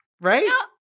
Right